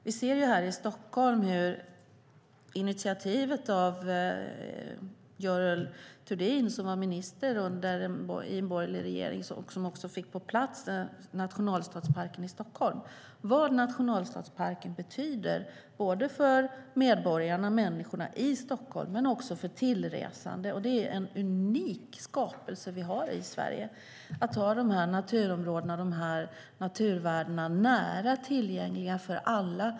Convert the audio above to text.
Det var Görel Thurdin, som var minister i en borgerlig regering, som tog initiativ till Nationalstadsparken i Stockholm. Vi kan se vad Nationalstadsparken betyder för medborgarna och människorna i Stockholm och för tillresande. Det är en unik skapelse vi har i Sverige där de här naturområdena och de här naturvärdena är tillgängliga för alla.